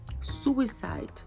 suicide